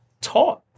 taught